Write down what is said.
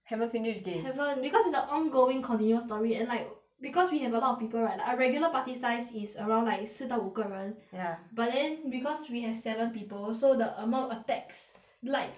haven't finish game haven't because it's a ongoing continuous story and like because we have a lot of people right our regular party size is around like 四到五个人 ya but then because we have seven people so the amount of attacks like